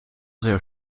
sehr